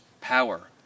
power